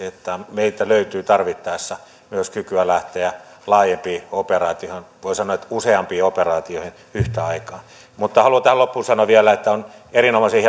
meiltä löytyy tarvittaessa myös kykyä lähteä laajempiin operaatioihin voi sanoa että useampiin operaatioihin yhtä aikaa haluan tähän loppuun sanoa vielä että on erinomaisen